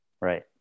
Right